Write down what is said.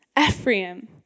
Ephraim